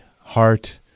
heart